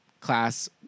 class